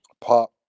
Pop